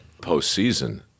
postseason